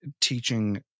teaching